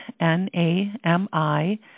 N-A-M-I